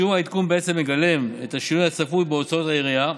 שיעור העדכון בעצם מגלם את השינוי הצפוי בהוצאות העירייה,